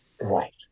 right